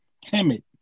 timid